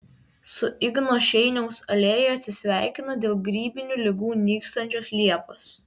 su igno šeiniaus alėja atsisveikina dėl grybinių ligų nykstančios liepos